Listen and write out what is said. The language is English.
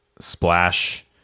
splash